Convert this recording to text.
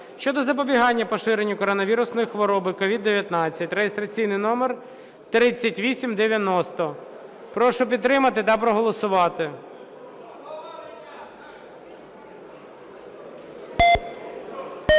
щодо запобігання поширенню коронавірусної хвороби (COVID-19) (реєстраційний номер 3890). Прошу підтримати та проголосувати.